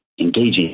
engaging